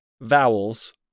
Vowels